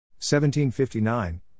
1759